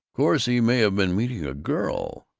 course he may have been meeting a girl,